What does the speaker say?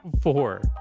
four